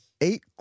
eight